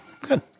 Good